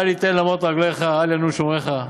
אל יתן למוט רגלך, אל ינום שמרך.